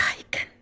yike